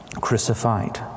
crucified